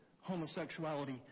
homosexuality